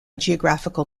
geographical